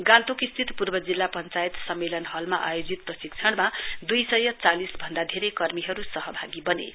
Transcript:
गान्तोक स्थित पूर्व जिल्ला पञ्चायत सम्मेलन हलमा आयोजित प्रशिक्षणमा दुइ सय चालिस भन्दा धेरै कर्मीहरू सहभागी बनें